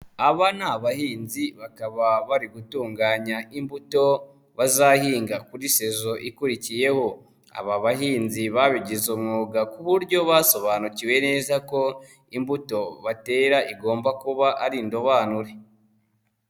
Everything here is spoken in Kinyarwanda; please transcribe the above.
Aba ni abahinzi bakaba bari gutunganya imbuto bazahinga kuri sezo ikurikiyeho, aba bahinzi babigize umwuga ku buryo basobanukiwe neza ko imbuto batera igomba kuba ari indobanure.